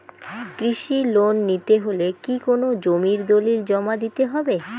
কৃষি লোন নিতে হলে কি কোনো জমির দলিল জমা দিতে হবে?